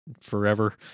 forever